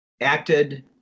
acted